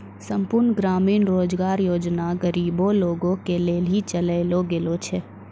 संपूर्ण ग्रामीण रोजगार योजना गरीबे लोगो के लेली चलैलो गेलो छै